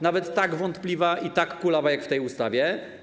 Nawet tak wątpliwa i tak kulawa jak w tej ustawie.